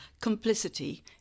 complicity